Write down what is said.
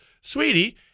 sweetie